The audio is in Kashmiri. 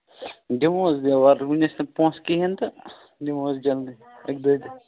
دِمہوس دیوار ؤنہِ ٲسۍ نہٕ پونٛسہٕ کِہیٖنٛۍ تہٕ دِمہوس جلدی اَکہِ دۅیہِ دۅہۍ